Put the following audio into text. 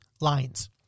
lines